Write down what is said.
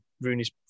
Rooney's